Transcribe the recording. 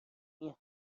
این